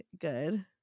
good